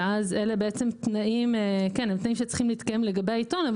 אז אלה תנאים שצריכים להתקיים לגבי העיתון,